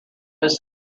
was